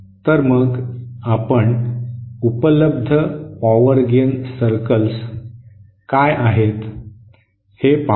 तर मग आपण उपलब्ध पॉवर गेन सर्कल्स काय आहेत हे पाहू